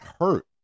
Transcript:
hurt